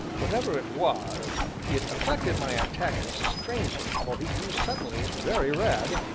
whatever it was it affected my antagonist strangely, for he grew suddenly very red,